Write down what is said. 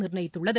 நிர்ணயித்துள்ளது